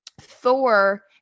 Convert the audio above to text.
Thor